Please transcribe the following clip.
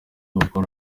bakora